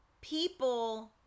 People